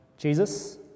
Jesus